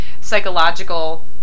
psychological